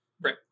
Right